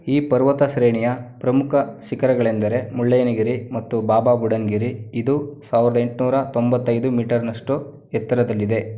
ಈ ಪರ್ವತ ಶ್ರೇಣಿಯ ಪ್ರಮುಖ ಶಿಖರಗಳೆಂದರೆ ಮುಳ್ಳಯ್ಯನಗಿರಿ ಮತ್ತು ಬಾಬಾ ಬುಡನ್ಗಿರಿ ಇದು ಸಾವಿರ್ದ ಎಂಟುನೂರ ತೊಂಬತ್ತೈದು ಮೀಟರ್ನಷ್ಟು ಎತ್ತರದಲ್ಲಿದೆ